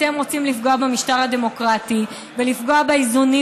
אתם רוצים לפגוע במשטר הדמוקרטי ולפגוע באיזונים